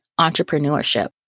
entrepreneurship